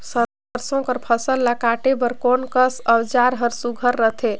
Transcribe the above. सरसो कर फसल ला काटे बर कोन कस औजार हर सुघ्घर रथे?